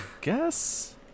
guess